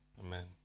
Amen